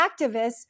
activists